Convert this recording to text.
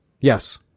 yes